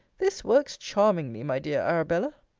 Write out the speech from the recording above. this works charmingly, my dear arabella!